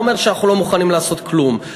אני לא אומר שאנחנו לא מוכנים לעשות כלום.